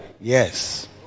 Yes